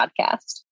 podcast